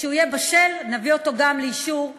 וכשהוא יהיה בשל נביא אותו גם לאישור המליאה.